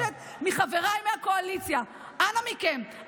אני מבקשת מחבריי מהקואליציה: אנא מכם,